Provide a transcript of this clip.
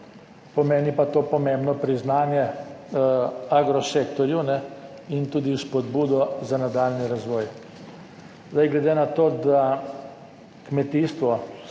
pomeni pa to pomembno priznanje Agrosektorju in tudi spodbudo za nadaljnji razvoj. Glede na to, da kmetijstvo